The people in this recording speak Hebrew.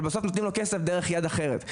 אבל בסוף נותנים לו כסף דרך יד אחרת.